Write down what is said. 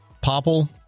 Popple